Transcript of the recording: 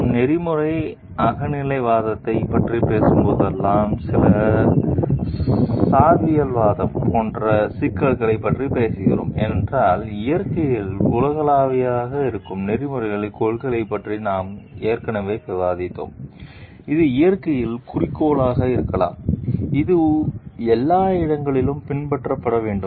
நாம் நெறிமுறை அகநிலைவாதத்தைப் பற்றி பேசும்போதெல்லாம் சில சார்பியல்வாதம் போன்ற சிக்கல்களைப் பற்றி பேசுகிறோம் ஏனென்றால் இயற்கையில் உலகளாவியதாக இருக்கும் நெறிமுறைக் கொள்கைகளைப் பற்றி நாம் ஏற்கனவே விவாதித்தோம் இது இயற்கையில் குறிக்கோளாக இருக்கலாம் இது எல்லா இடங்களிலும் பின்பற்றப்பட வேண்டும்